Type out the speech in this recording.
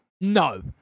no